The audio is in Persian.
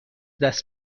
دست